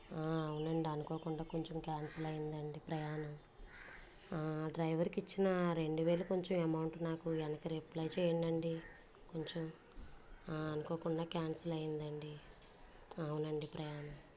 అవునండి అనుకోకుండా కొంచెం క్యాన్సిల్ అయిందండి ప్రయాణం డ్రైవర్కిచ్చిన ఆ రెండువేలు కొంచెం అమౌంట్ నాకు వెనక్కి రిప్లై చేయండండి కొంచెం అనుకోకుండా క్యాన్సిల్ అయిందండి అవునండి ప్రయాణం